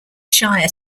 shire